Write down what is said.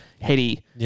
heady